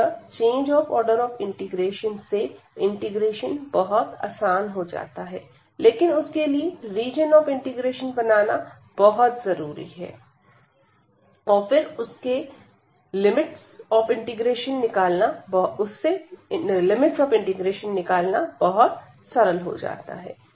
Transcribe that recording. अतः change of order of integration से integration बहुत आसान हो जाता है लेकिन उसके लिए रीजन ऑफ इंटीग्रेशन बनाना बहुत जरूरी है और फिर उसके से लिमिट ऑफ इंटीग्रेशन निकालना बहुत सरल हो जाता है